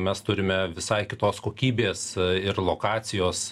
mes turime visai kitos kokybės ir lokacijos